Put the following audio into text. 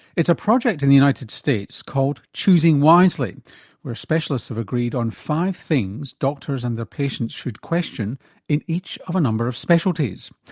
it's a project in the united states called choosing wisely where specialists have agreed on five things doctors and their patients should question in each of a number of specialties.